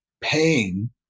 paying